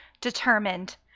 determined